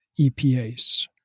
EPAs